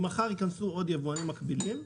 אם מחר ייכנסו עוד יבואנים מקבילים,